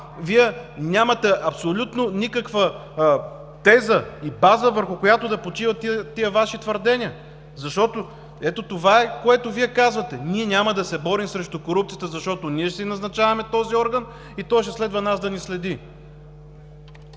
Вие нямате абсолютно никаква теза и база, върху която да почиват тези Ваши твърдения. Защото, ето това е, което Вие казвате: ние няма да се борим срещу корупцията, защото ние ще си назначаваме този орган и той ще следва нас да ни следи.